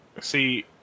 See